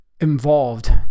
involved